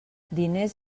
diners